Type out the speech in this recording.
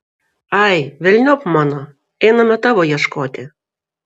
ai velniop mano einame tavo ieškoti